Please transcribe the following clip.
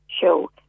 show